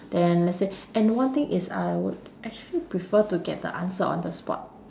then let's say and one thing is I would actually prefer to get the answer on the spot